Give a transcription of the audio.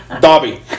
Dobby